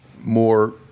more